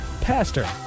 Pastor